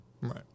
Right